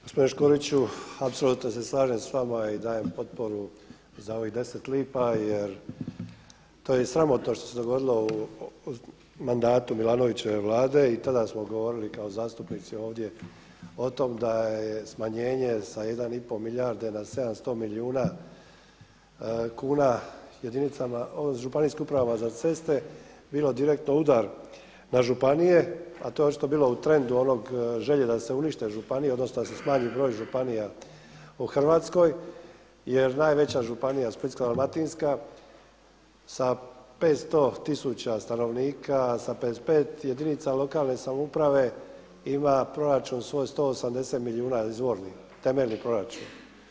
Gospodine Škoriću, apsolutno se slažem s vama i dajem potporu za ovih 10 lipa jer to je sramotno što se dogodilo u mandatu Milanovićeve vlade i tada smo govorili kao zastupnici ovdje o tom da je smanjenje sa 1,5 milijarde na 700 milijuna kuna ŽUC-u bio direktno udar na županije, ali to je očito bilo u trendu želje da se unište županije odnosno da se smanji broj županija u Hrvatskoj jer najveća županija Splitsko-dalmatinska sa 500 tisuća stanovnika sa 55 jedinica lokalne samouprave ima proračun svoj 180 milijuna izvorni, temeljni proračun.